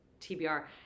TBR